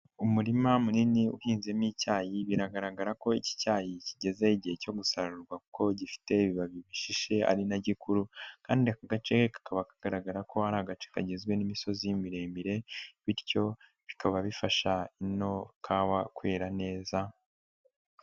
Umurima munini uhinzemo icyayi bigaragara ko iki cyayi kigeze igihe cyo gusarurwa kuko gifite ibibabi bishishe ari nagikuru kandi ako gace kakaba kagaragara ko ari agace kagizwe n'imisozi miremire bityo bikaba bifasha ino kawa kwera neza.